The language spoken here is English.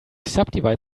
subdivide